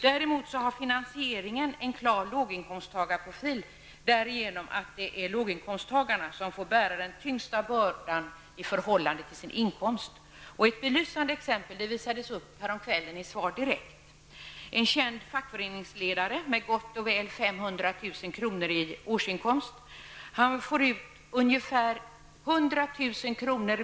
Däremot har finansieringen en klar låginkomsttagarprofil, på så sätt att låginkomsttagarna får bära den tyngsta bördan i förhållande till sin inkomst. Ett belysande exempel visades upp häromkvällen i Svar direkt. En känd fackföreningsledare med gott och väl 500 000 kr. i årsinkomst får ungefär 100 000 kr.